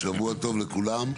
שבוע טוב לכולם.